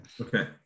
Okay